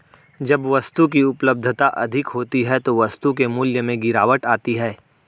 जब वस्तु की उपलब्धता अधिक होती है तो वस्तु के मूल्य में गिरावट आती है